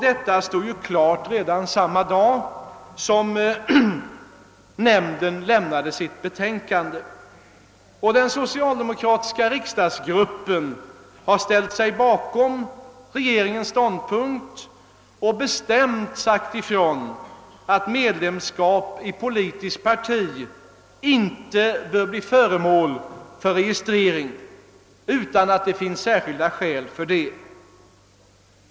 Detta stod ju klart redan samma dag som nämnden lämnade sitt betänkande. Den socialdemokratiska riksdagsgruppen har ställt sig bakom regeringens ståndpunkt och bestämt sagt ifrån, att medlemskap i politiskt parti inte bör bli föremål för registrering utan att det finns särskilda skäl härför.